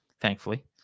thankfully